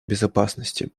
безопасности